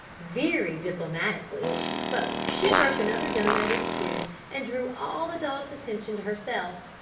very diplomatically as she spoke she broke another doughnut in two and drew all the dogs' attention to herself.